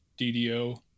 DDO